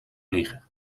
vliegen